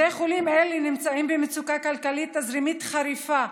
בתי חולים אלה נמצאים במצוקה כלכלית תזרימית חריפה.